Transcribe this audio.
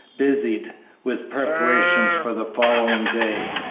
busied with preparations for the following day.